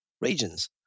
regions